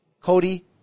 Cody